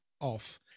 off